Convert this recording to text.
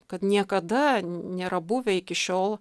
kad niekada nėra buvę iki šiol